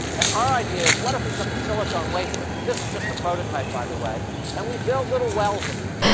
and our idea is, what if we took a silicon wafer this is just a prototype, by the way and we build little wells in it?